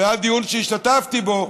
היה דיון שהשתתפתי בו,